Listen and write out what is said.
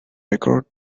record